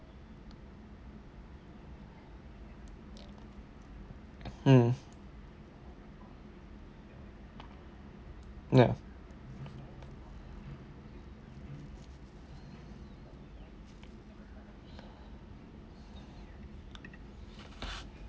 mm ya